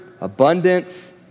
abundance